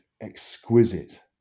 exquisite